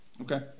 okay